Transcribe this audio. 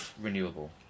renewable